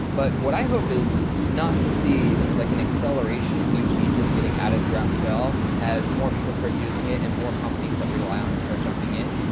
but what i hope is not to see like an acceleration of new changes getting out of the graphql as more people start using it and more companies that rely on it start jumping in.